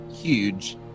huge